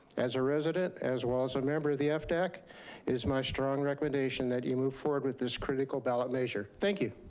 as a resident, as well as a member of the fdac, it is my strong recommendation that you move forward with this critical ballot measure. thank you.